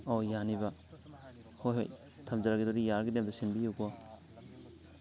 ꯑꯣ ꯌꯥꯅꯦꯕ ꯍꯣꯏ ꯍꯣꯏ ꯊꯝꯖꯔꯒꯦ ꯑꯗꯨꯗꯤ ꯌꯥꯔꯒꯗꯤ ꯑꯝꯇ ꯁꯤꯟꯕꯤꯌꯨꯀꯣ